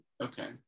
Okay